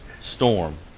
storm